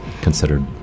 considered